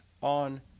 on